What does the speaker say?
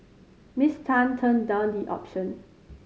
Miss Tan turned down the option